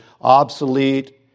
obsolete